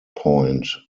point